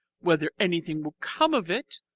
whether anything will come of it,